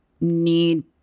need